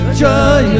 joy